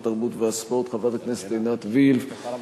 התרבות והספורט חברת הכנסת עינת וילף,